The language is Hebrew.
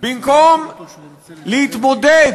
במקום להתמודד